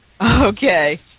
Okay